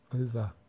over